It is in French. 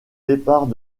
départ